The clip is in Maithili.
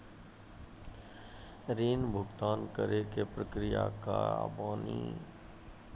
ऋण भुगतान करे के प्रक्रिया का बानी?